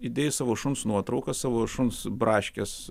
įdėjai savo šuns nuotrauką savo šuns braškės